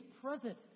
present